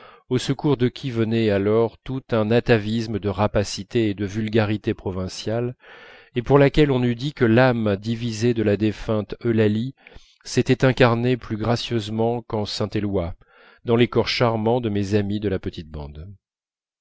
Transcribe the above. au secours de qui venait alors tout un atavisme de rapacité et de vulgarité provinciales et pour laquelle on eût dit que l'âme divisée de la défunte eulalie s'était incarnée plus gracieusement qu'en saint éloi dans les corps charmants de mes amies de la petite bande